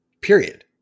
period